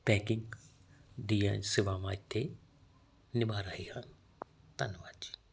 packing ਦੀਆਂ ਸੇਵਾਵਾਂ ਇਥੇ ਨਿਭਾਅ ਰਹੇ ਹਨ ਧੰਨਵਾਦ ਜੀ